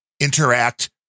interact